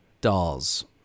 dolls